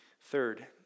Third